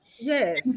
Yes